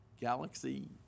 galaxy